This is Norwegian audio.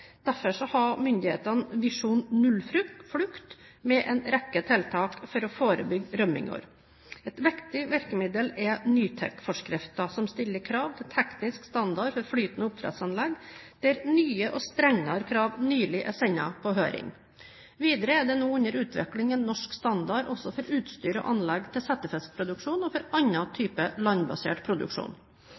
Derfor har myndighetene Visjon NULLFLUKT med en rekke tiltak for å forebygge rømminger. Et viktig virkemiddel er NYTEK-forskriften som stiller krav til teknisk standard for flytende oppdrettsanlegg, der nye og strengere krav nylig er sendt på høring. Videre er det nå under utvikling en norsk standard også for utstyr og anlegg til settefiskproduksjon og for annen type landbasert produksjon.